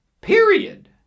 Period